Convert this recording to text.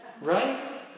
Right